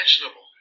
imaginable